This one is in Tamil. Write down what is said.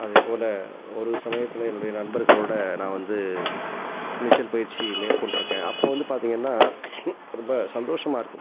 அதேபோல் ஒரு சமயத்தில் என்னுடைய நண்பர்களோட நான் வந்து நீச்சல் பயிற்சி மேற்கொண்ட்ருக்கேன் அப்போ வந்து பார்த்தீங்கன்னா ரொம்ப சந்தோஷமாக இருக்கும்